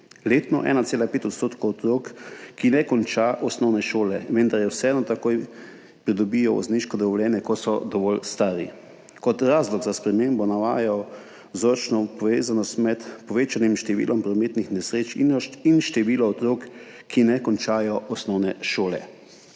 letno 1,5 % otrok, ki ne končajo osnovne šole, vendar vseeno takoj pridobijo vozniško dovoljenje, ko so dovolj stari. Kot razlog za spremembo navajajo vzročno povezanost med povečanim številom prometnih nesreč in številom otrok, ki ne končajo osnovne šole.